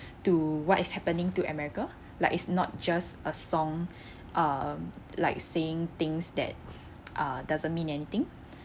to what is happening to america like it's not just a song uh like seeing things that uh doesn't mean anything